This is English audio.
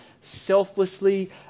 selflessly